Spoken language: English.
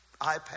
ipad